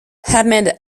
ahmed